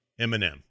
Eminem